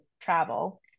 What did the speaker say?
travel